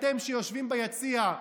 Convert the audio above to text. אתם שיושבים ביציע,